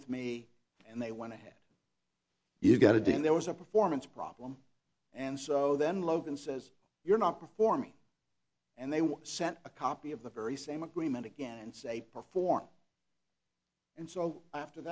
with me and they want to have you got to do and there was a performance problem and so then logan says you're not performing and they were sent a copy of the very same agreement again and say perform and so after